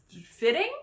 fitting